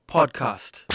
Podcast